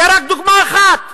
זו רק דוגמה אחת.